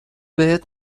بهت